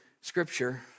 scripture